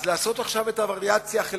אז לעשות עכשיו את הווריאציה החלקית,